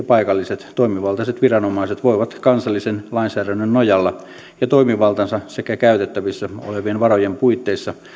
paikalliset toimivaltaiset viranomaiset voivat kansallisen lainsäädännön nojalla sekä toimivaltansa ja käytettävissä olevien varojen puitteissa